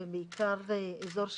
ובעיקר האזור שלנו,